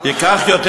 ייקח יותר